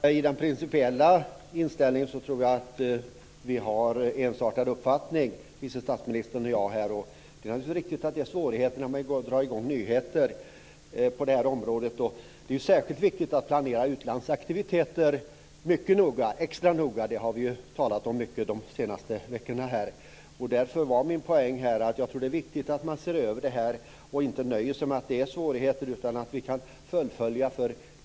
Herr talman! När det gäller den principiella inställningen tror jag att vi har ensartad uppfattning vice statsministern och jag. Det är naturligtvis riktigt att det är svårigheter att dra i gång nyheter på det här området. Det är särskilt viktigt att planera utlandsaktiviteter extra noga. Det har vi talat mycket om de senaste veckorna. Min poäng är att det är viktigt att man ser över detta och inte nöjer sig med att det är svårigheter så att vi kan fullfölja.